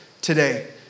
today